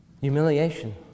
Humiliation